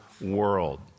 world